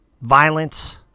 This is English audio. violence